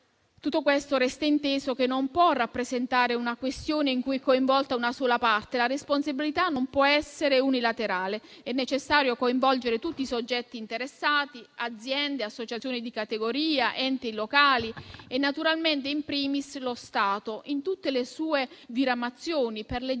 tutto questo non può rappresentare una questione in cui è coinvolta una sola parte; la responsabilità non può essere unilaterale. È necessario coinvolgere tutti i soggetti interessati, aziende e associazioni di categoria, enti locali e naturalmente, *in primis*, lo Stato in tutte le sue diramazioni, per le giuste